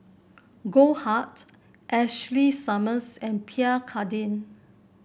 Goldheart Ashley Summers and Pierre Cardin